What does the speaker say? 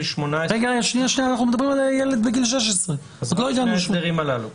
18 --- אנחנו מדברים על ילד בגיל 16. רק שני ההסדרים הללו.